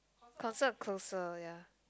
concert closer ya